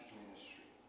ministry